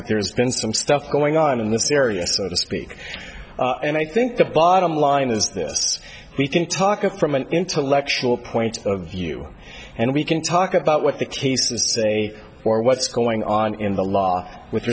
that there's been some stuff going on in this area so to speak and i think the bottom line is this we can talk of from an intellectual point of view and we can talk about what the cases say or what's going on in the law with